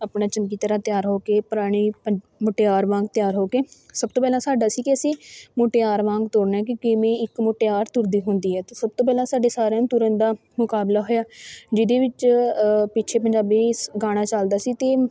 ਆਪਣਾ ਚੰਗੀ ਤਰ੍ਹਾਂ ਤਿਆਰ ਹੋ ਕੇ ਪੁਰਾਣੀ ਪਨ ਮੁਟਿਆਰ ਵਾਂਗ ਤਿਆਰ ਹੋ ਕੇ ਸਭ ਤੋਂ ਪਹਿਲਾਂ ਸਾਡਾ ਸੀ ਕਿ ਅਸੀਂ ਮੁਟਿਆਰ ਵਾਂਗ ਤੁਰਨਾ ਹੈ ਕਿ ਕਿਵੇਂ ਇੱਕ ਮੁਟਿਆਰ ਤੁਰਦੀ ਹੁੰਦੀ ਹੈ ਅਤੇ ਸਭ ਤੋਂ ਪਹਿਲਾਂ ਸਾਡੇ ਸਾਰਿਆਂ ਨੂੰ ਤੁਰਨ ਦਾ ਮੁਕਾਬਲਾ ਹੋਇਆ ਜਿਹਦੇ ਵਿੱਚ ਪਿੱਛੇ ਪੰਜਾਬੀ ਗਾਣਾ ਚੱਲਦਾ ਸੀ ਅਤੇ